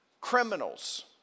criminals